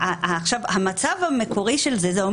המצב המקורי של זה,